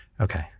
Okay